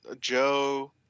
Joe